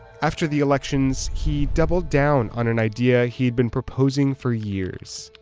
after the elections, he doubled down on an idea he'd been proposing for years,